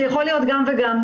זה יכול להיות גם וגם.